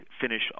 finish